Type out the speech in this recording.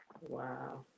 Wow